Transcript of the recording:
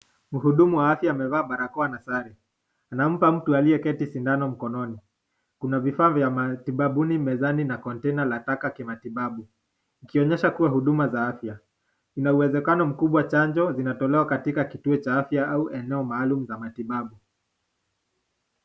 Mhudumu wa afya amevaa barakoa na sare, anampa mtu aliye keti shindano mkononi, Kuna vifaa ya matibabuni mezani na container la taka kimatibabu. ikionyesha kuwa huduma za afya. Inauwezekano mkubwa chanjo zinatolewa katika kituo Cha afya ou eneo maalum ya matibabu.